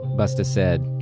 busta said,